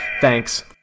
Thanks